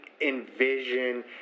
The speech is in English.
envision